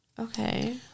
Okay